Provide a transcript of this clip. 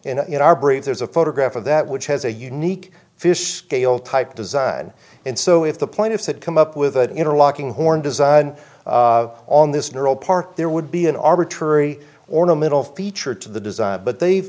honor in our brief there's a photograph of that which has a unique fish scale type design and so if the plaintiffs had come up with an interlocking horn design on this neural park there would be an arbitrary ornamental feature to the design but they've